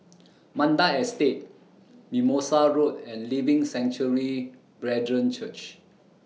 Mandai Estate Mimosa Road and Living Sanctuary Brethren Church